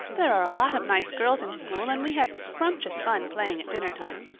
there are a lot of nice girls in school and we had scrumptious fun playing at dinnertime.